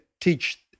teach